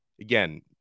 again